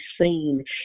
seen